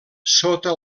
sota